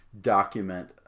document